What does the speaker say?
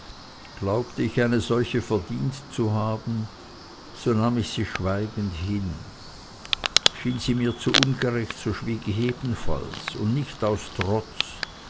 glaubte ich eine solche verdient zu haben so nahm ich sie schweigend hin schien sie mir zu ungerecht so schwieg ich ebenfalls und nicht aus trotz